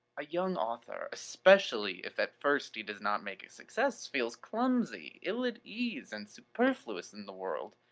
a young author, especially if at first he does not make a success, feels clumsy, ill-at-ease, and superfluous in the world.